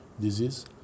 disease